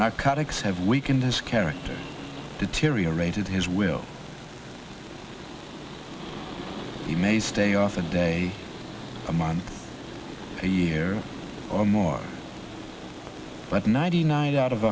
calyx have weakened his character deteriorated his will he may stay off a day a month a year or more but ninety nine out of